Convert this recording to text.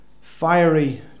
Fiery